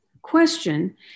question